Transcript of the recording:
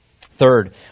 Third